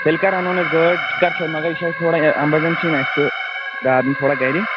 تیٚلہِ کر اَنہون أسۍ گٲڑۍ یہِ کتھ چھےٚ مگر یِہِ چھِ اَسہِ تھوڑا ایمرجنسی نا تہٕ پرٛابلم تھوڑا گرِ